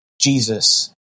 Jesus